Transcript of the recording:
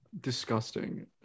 disgusting